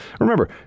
remember